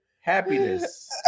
happiness